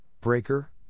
Breaker